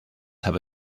have